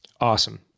Awesome